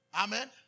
Amen